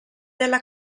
della